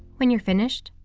when you're finished,